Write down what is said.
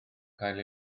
cael